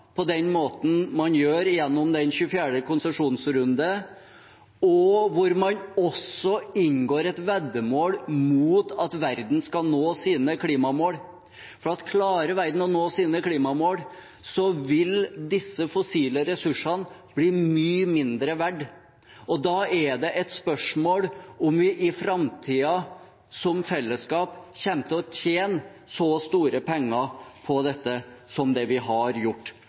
på den måten man gjør gjennom 24. konsesjonsrunde, og hvor man også inngår et veddemål om at verden skal nå sine klimamål. Klarer verden å nå sine klimamål, vil disse fossile ressursene bli mye mindre verd, og da er det et spørsmål om vi i framtiden, som fellesskap, kommer til å tjene så store penger på dette som vi har gjort